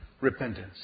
repentance